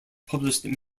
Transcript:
published